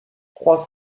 trois